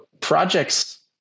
projects